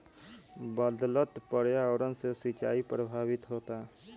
बदलत पर्यावरण से सिंचाई प्रभावित होता